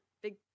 big